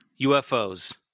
ufos